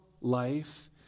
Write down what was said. life